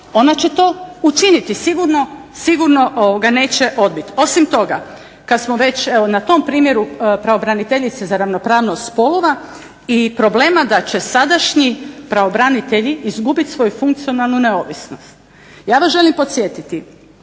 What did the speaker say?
ona će to učiniti, sigurno neće odbiti. Osim toga kad smo već evo na tom primjeru pravobraniteljice za ravnopravnost spolova i problema da će sadašnji pravobranitelji izgubiti svoju funkcionalnu neovisnost, ja vas želim podsjetiti